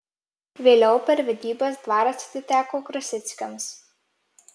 vėliau per vedybas dvaras atiteko krasickiams